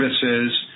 services